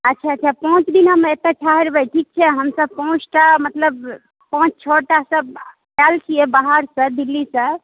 अच्छा अच्छा पाँच दिन हम एतहि ठहरबै ठीक छै हमसभ पाँच टा मतलब पाँच छओ टा सब आएल छियै बाहरसँ दिल्लीसँ